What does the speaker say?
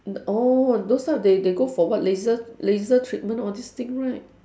th~ oh those type they they go for what laser laser treatment all these thing right